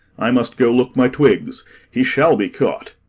i must go look my twigs he shall be caught.